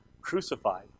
crucified